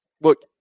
look